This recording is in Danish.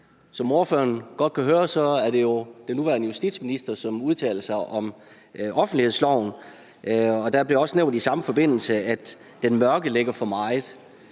Som ordføreren godt kan høre, er det jo den nuværende justitsminister, som udtaler sig om offentlighedsloven, og der bliver også i samme forbindelse nævnt, at den mørklægger for meget.